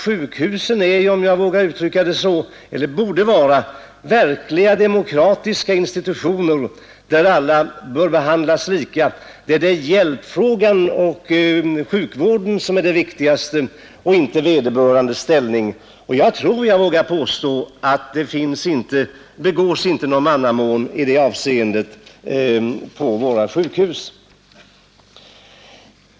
Sjukhusen är eller borde åtminstone vara verkligt demokratiska institutioner där alla bör behandlas lika, och där det är hjälpbehovet och sjukvården som är det viktigaste och inte vederbörandes ställning. Jag tror jag vågar påstå att det inte begås någon mannamån i det avseendet på våra sjukhus.